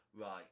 Right